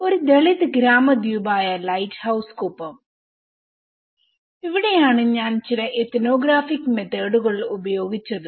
ഒരു ദളിത് ഗ്രാമ ദ്വീപായ ലൈറ്റ്ഹൌസ് കുപ്പം ഇവിടെയാണ് ഞാൻ ചില എത്നോഗ്രാഫിക് മെത്തോഡുകൾ ഉപയോഗിച്ചത്